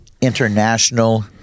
international